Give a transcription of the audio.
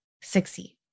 succeed